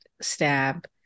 stab